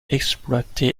exploité